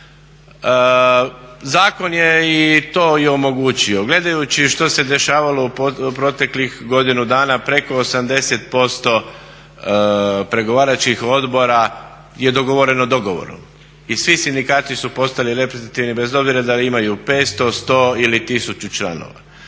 Zakon je to i omogućio. Gledajući što se dešavalo u proteklih godinu dana preko 80% pregovaračkih odbora je dogovoreno dogovorom i svi sindikati su postali reprezentativni bez obzira da li imaju 500, 100 ili 1000 članova.